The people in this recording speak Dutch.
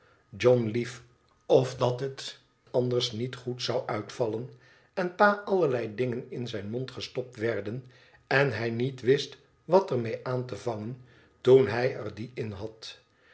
john lief of dat het anders niet goed zou uitvallen en pa allerlei dingen in zijn mond gestopt werden en hij niet wist wat er mee aan te vangen toen hij er die in had